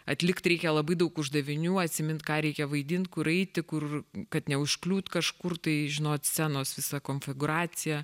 atlikt reikia labai daug uždavinių atsimint ką reikia vaidint kur eiti kur kad neužkliūt kažkur tai žinot scenos visą konfigūraciją